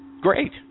Great